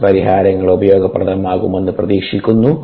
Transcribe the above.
പ്രശ്ന പരിഹാരങ്ങൾ ഉപയോഗപ്രദമാകുമെന്ന് പ്രതീക്ഷിക്കുന്നു